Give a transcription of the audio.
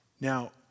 Now